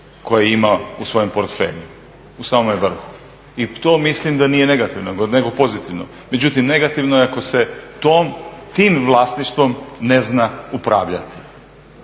koje ima u svojem portfelju, u samome vrhu i to mislim da nije negativno nego pozitivno. Međutim, negativno je ako se tim vlasništvom ne zna upravljati.